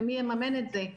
ומי יממן את זה?